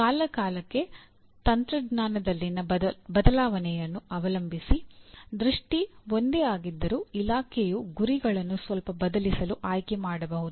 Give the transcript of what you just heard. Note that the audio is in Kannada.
ಕಾಲಕಾಲಕ್ಕೆ ತಂತ್ರಜ್ಞಾನದಲ್ಲಿನ ಬದಲಾವಣೆಯನ್ನು ಅವಲಂಬಿಸಿ ದೃಷ್ಟಿ ಒಂದೇ ಆಗಿದ್ದರೂ ಇಲಾಖೆಯು ಗುರಿಗಳನ್ನು ಸ್ವಲ್ಪ ಬದಲಿಸಲು ಆಯ್ಕೆ ಮಾಡಬಹುದು